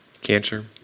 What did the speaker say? Cancer